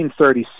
1936